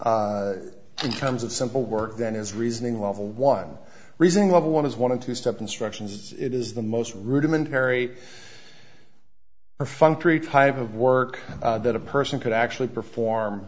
in terms of simple work than his reasoning level one reasoning level one is one and two step instructions it is the most rudimentary perfunctory type of work that a person could actually perform